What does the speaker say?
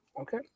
Okay